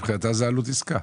מבחינתה זאת עלות עסקה.